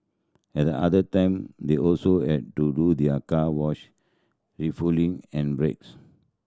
at other time they also to do their car wash refuelling and breaks